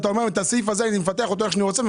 לפתח אותו איך שאתה רוצה,